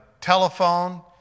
telephone